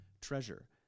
treasure